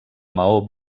maó